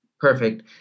Perfect